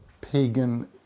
pagan